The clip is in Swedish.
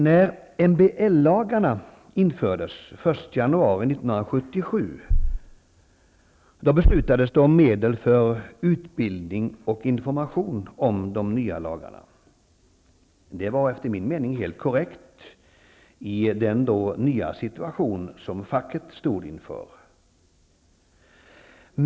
När MBL-lagarna infördes den 1 januari 1977, beslutades det om medel för utbildning och information om de nya lagarna. Det var efter min mening helt korrekt i den då nya situation som facket stod inför.